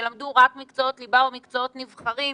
ילמדו רק מקצועות ליבה ומקצועות נבחרים.